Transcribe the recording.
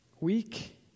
weak